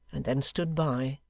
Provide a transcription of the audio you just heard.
and then stood by,